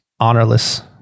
honorless